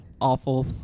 awful